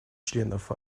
членов